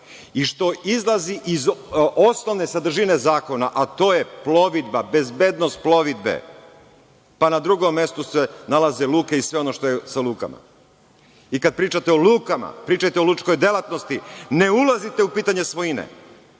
i što izlazi iz osnovne sadržine zakona, a to je plovidba, bezbednost plovidbe, pa na drugom mestu se nalaze luke i sve ono što je sa lukama. Kada pričate o lukama, pričajte o lučkoj delatnosti, ne ulazite u pitanja svojine.